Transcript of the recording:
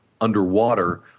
underwater